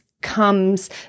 comes